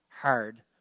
hard